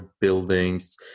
buildings